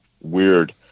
weird